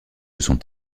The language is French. sont